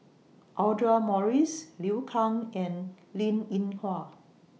Audra Morrice Liu Kang and Linn in Hua